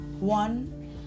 one